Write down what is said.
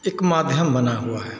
एक माध्यम बना हुआ है